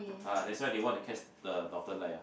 ah that's why they want to catch the Northern-Light ah